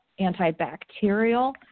antibacterial